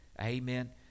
amen